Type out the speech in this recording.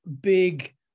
big